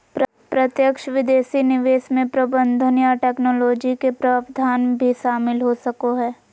प्रत्यक्ष विदेशी निवेश मे प्रबंधन या टैक्नोलॉजी के प्रावधान भी शामिल हो सको हय